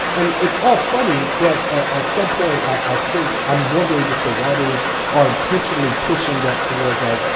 and it's all funny, but at some point, i think i'm wondering if the writers are intentionally pushing that towards like,